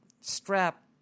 strap